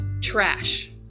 trash